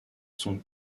sont